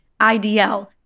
IDL